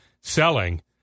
selling